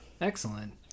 excellent